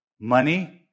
money